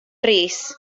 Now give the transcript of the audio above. rees